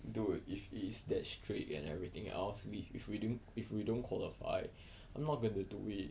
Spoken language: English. dude if it is that straight and everything else if we din~ if we don't qualify I'm not going to do it